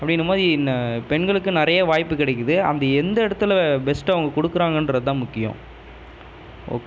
அப்படின்னும் போது ந பெண்களுக்கு நிறைய வாய்ப்பு கிடைக்குது அவங்க எந்த இடத்துல பெஸ்ட்டை அவங்க கொடுக்குறாங்கன்றது தான் முக்கியம் ஓ